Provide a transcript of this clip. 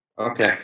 Okay